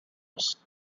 lost